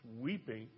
weeping